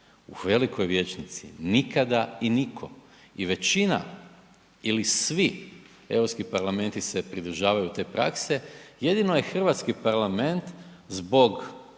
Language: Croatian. u velikoj vijećnici, nikada i nitko i većina ili svi Europski parlamenti se pridržavaju te prakse, jedino je Hrvatski parlament zbog